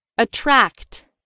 attract